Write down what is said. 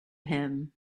him